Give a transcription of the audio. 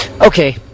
Okay